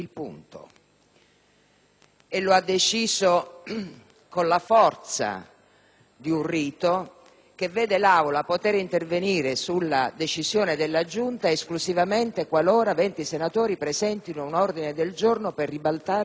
E lo ha deciso con la forza di un rito che vede l'Aula poter intervenire sulla decisione della Giunta esclusivamente qualora venti senatori presentino un ordine del giorno per ribaltare quel deliberato.